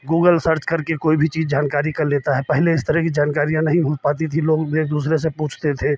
Google search करके कोई भी चीज जानकारी कर लेता है पहले इस तरह की जानकारियां नहीं भूल पाती थी लोग वे दूसरे से पूछते थे